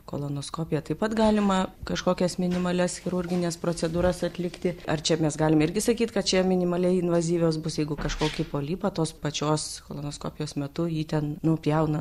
kolonoskopiją taip pat galima kažkokias minimalias chirurgines procedūras atlikti ar čia mes galime irgi sakyti kad čia minimaliai invazyvios bus jeigu kažkokį polipą tos pačios kolonoskopijos metu jį ten nupjauna